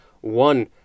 One